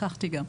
לקחתי גם.